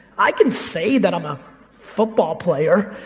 i can say that i'm a football player.